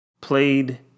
played